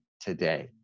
today